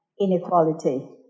inequality